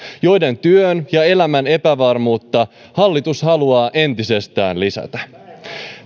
joiden työn ja elämän epävarmuutta hallitus haluaa entisestään lisätä